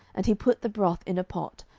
and he put the broth in a pot,